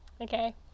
okay